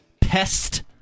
pest